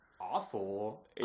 awful